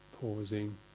pausing